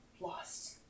lost